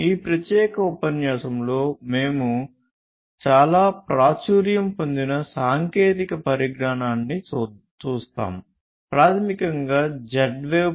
ఈ ప్రత్యేక ఉపన్యాసంలో మేము చాలా ప్రాచుర్యం పొందిన సాంకేతిక పరిజ్ఞానాన్ని చూస్తాము ప్రాథమికంగా Z వేవ్